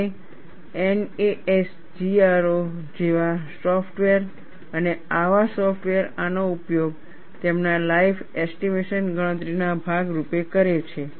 અને NASGRO જેવા software અને આવા સોફ્ટવેર આનો ઉપયોગ તેમના લાઈફ એસ્ટીમેશન ગણતરીના ભાગ રૂપે કરે છે